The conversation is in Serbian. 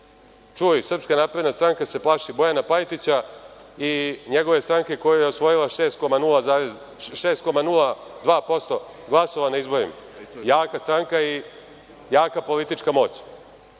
Čuj, Srpska napredna stranka se plaši Bojana Pajtića i njegove stranke koja je osvojila 6,02% glasova na izborima?! Jaka stranka i jaka politička moć.